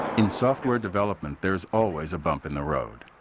in software development there is always a bump in the road.